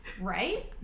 Right